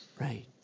Right